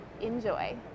enjoy